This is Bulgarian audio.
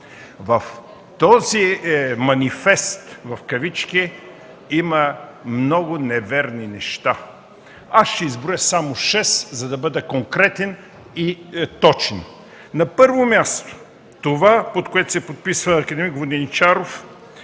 В този манифест – в кавички, има много неверни неща. Аз ще изброя само шест, за да бъда конкретен и точен. Първата теза, това, под което се подписва акад. Воденичаров,